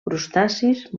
crustacis